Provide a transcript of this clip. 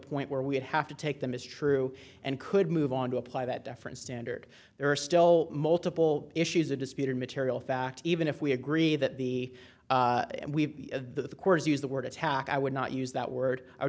point where we'd have to take them as true and could move on to apply that different standard there are still multiple issues of dispute or material fact even if we agree that the we of the corps use the word attack i would not use that word